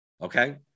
Okay